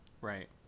right